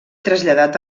traslladat